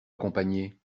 accompagné